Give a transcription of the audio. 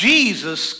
Jesus